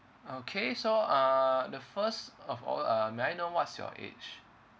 okay so uh the first of all uh may I know what's your age